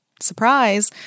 Surprise